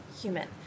human